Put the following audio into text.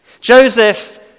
Joseph